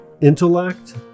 Intellect